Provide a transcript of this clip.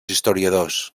historiadors